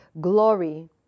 glory